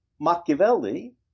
Machiavelli